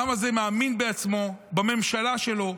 העם הזה מאמין בעצמו, בממשלה שלו,